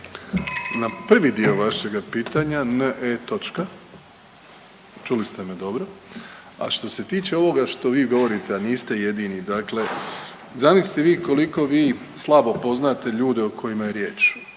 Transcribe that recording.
Na prvi dio vašega pitanja ne točka. Čuli ste me dobro. A što se tiče ovoga što vi govorite, a niste jedini, dakle zamislite vi koliko vi slabo poznajete ljude o kojima je riječ.